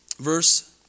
verse